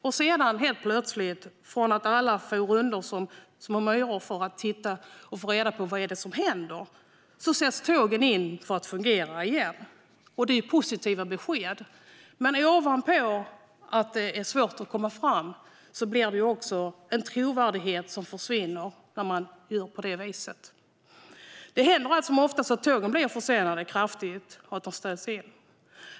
Alla for runt som små myror för att titta efter vad som hänt och få reda på vad som händer, och sedan sattes plötsligt tågen in för att fungera igen. Det är i sig positiva besked, men trovärdigheten försvinner när man gör på det här viset ovanpå att det redan är svårt att komma fram. Det händer allt som oftast att tågen blir kraftigt försenade och att de ställs in.